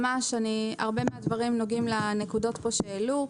הרבה מהדברים נוגעים לנקודות שהעלו.